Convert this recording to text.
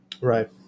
Right